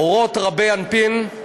אורות רבי-אנפין,